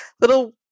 little